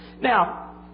Now